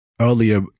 Earlier